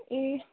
ए